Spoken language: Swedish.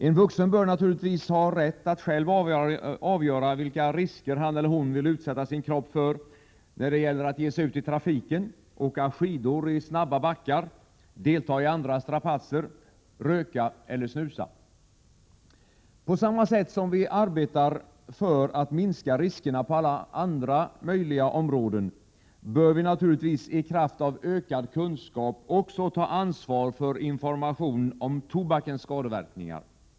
En vuxen bör naturligtvis ha rätt att själv avgöra vilka risker han eller hon vill utsätta sin kropp för när det gäller att ge sig ut i trafiken, åka skidor i snabba backar, delta i andra strapatser, röka eller snusa. På samma sätt som vi arbetar för att minska riskerna på alla möjliga andra områden, bör vi naturligtvis — i kraft av ökad kunskap — också ta ansvar för information om tobakens skadeverkningar.